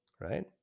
right